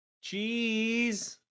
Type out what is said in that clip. cheese